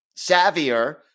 savvier